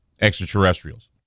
extraterrestrials